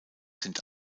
sind